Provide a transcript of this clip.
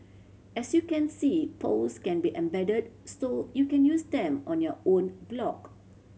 as you can see polls can be embedded so you can use them on your own blog